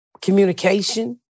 communication